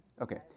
Okay